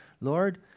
Lord